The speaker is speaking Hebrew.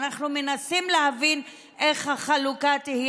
אנחנו מנסים להבין איך תהיה החלוקה.